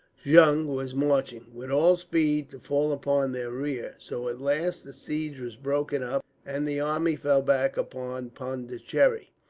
jung was marching, with all speed, to fall upon their rear. so at last the siege was broken up, and the army fell back upon pondicherry.